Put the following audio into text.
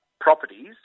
properties